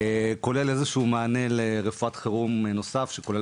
כולל איזשהו מענה לרפואת חירום נוסף שכולל